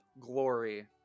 glory